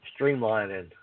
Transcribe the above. streamlining